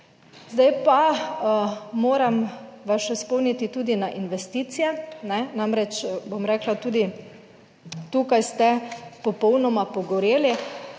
Zdaj pa moram vas še spomniti tudi na investicije. Namreč, bom rekla, tudi tukaj ste popolnoma pogoreli.